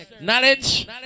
Knowledge